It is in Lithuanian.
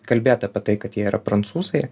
kalbėt apie tai kad jie yra prancūzai